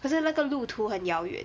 可是那个路途很遥远